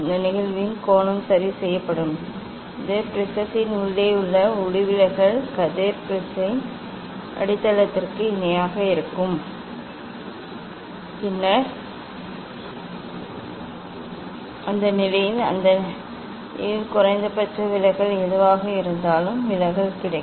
இந்த நிகழ்வின் கோணம் சரிசெய்யப்படும் இது ப்ரிஸத்தின் உள்ளே உள்ள ஒளிவிலகல் கதிர் பிரிஸின் அடித்தளத்திற்கு இணையாக இருக்கும் பின்னர் அந்த நிலையில் அந்த நிலையில் குறைந்தபட்ச விலகல் எதுவாக இருந்தாலும் விலகல் கிடைக்கும்